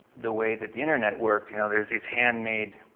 the way that the internet worked. you know there's these handmade